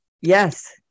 Yes